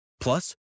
Plus